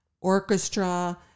orchestra